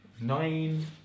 nine